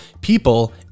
people